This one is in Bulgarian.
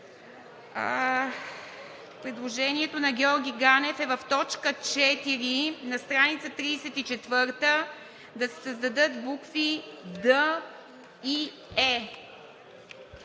предложение на Георги Ганев в т. 4 на страница 34, да се създадат букви „д“ и